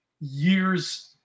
years